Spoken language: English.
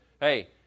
hey